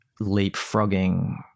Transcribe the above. leapfrogging